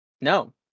No